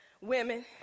women